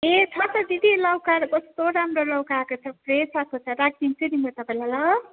ए छ त दिदी लौका कस्तो राम्रो लौका आएको छ फ्रेस आएको छ राखिदिन्छु नि म तपाईँलाई ल